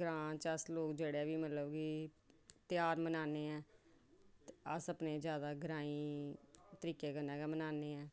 ग्रांऽ च अस लोग जेह्ड़ा बी मतलब कि ध्यार मनान्ने आं अस अपने जादा ग्रांईं तरीकै कन्नै गै मनान्ने आं